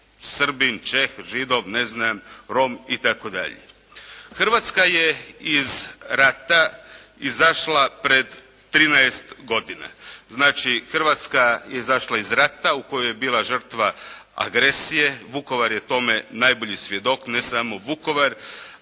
Srbin, Čeh, Židov, ne znam Rom itd.? Hrvatska je iz rata izašla pred 13 godina. Znači Hrvatska je izašla iz rata u kojoj je bila žrtva agresije, Vukovar je tome najbolji svjedok, ne samo Vukovar,